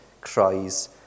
cries